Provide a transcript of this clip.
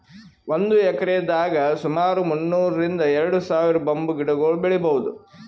ಒಂದ್ ಎಕ್ರೆದಾಗ್ ಸುಮಾರ್ ಮುನ್ನೂರ್ರಿಂದ್ ಎರಡ ಸಾವಿರ್ ಬಂಬೂ ಗಿಡಗೊಳ್ ಬೆಳೀಭೌದು